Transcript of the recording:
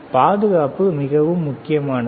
பாதுகாப்பு மிகவும் முக்கியமானது